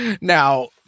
Now